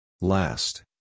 Last